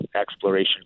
exploration